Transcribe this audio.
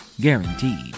Guaranteed